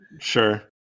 Sure